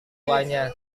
tuanya